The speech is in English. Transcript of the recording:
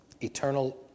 eternal